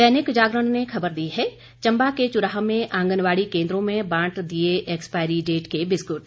दैनिक जागरण ने खबर दी है चंबा के चुराह में आंगनबाड़ी केंद्रों में बांट दिए एक्सपायरी डेट के बिस्कुट